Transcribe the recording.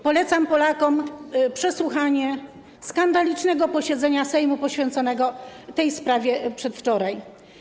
Polecam Polakom przesłuchanie skandalicznego posiedzenia Sejmu poświęconego tej sprawie przedwczoraj.